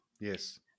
Yes